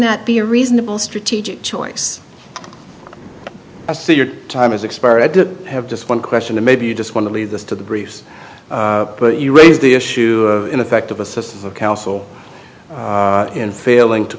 that be a reasonable strategic choice i see your time is expired i did have just one question and maybe you just want to leave this to the briefs but you raised the issue of ineffective assistance of counsel in failing to